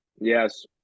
Yes